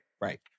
Right